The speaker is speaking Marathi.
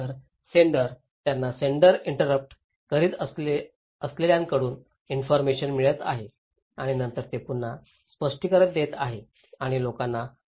तर सेंडर त्यांना सेंडर इंटरप्ट करीत असलेल्यांकडून इन्फॉरमेशन मिळवत आहेत आणि नंतर ते पुन्हा स्पष्टीकरण देत आहेत आणि लोकांना पाठवत आहेत